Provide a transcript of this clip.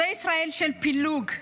זו ישראל של פילוג,